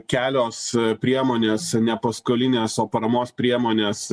kelios priemonės ne paskolinės o paramos priemonės